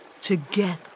Together